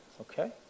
Okay